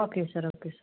okay sir okay sir